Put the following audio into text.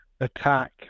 attack